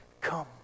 come